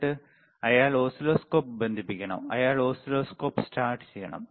എന്നിട്ട് അയാൾക്ക് ഓസിലോസ്കോപ്പ് ബന്ധിപ്പിക്കണം അയാൾക്ക് ഓസിലോസ്കോപ്പ് സ്റ്റാർട്ട് ചെയ്യണം